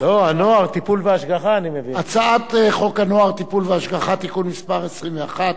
הנוער (טיפול והשגחה) (תיקון מס' 21),